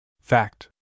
Fact